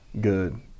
good